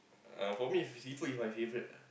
uh for me seafood is my favourite ah